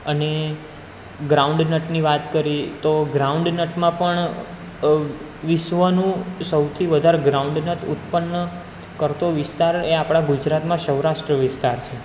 અને ગ્રાઉન્ડનટની વાત કરી તો ગ્રાઉન્ડનટમાં પણ વિશ્વનું સૌથી વધારે ગ્રાઉન્ડનટ ઉત્પન્ન કરતો વિસ્તાર એ આપણા ગુજરાતમાં સૌરાષ્ટ્ર વિસ્તાર છે